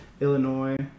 Illinois